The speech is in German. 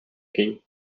ging